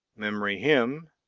memory hymn